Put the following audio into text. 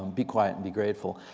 be quiet and be grateful.